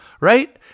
Right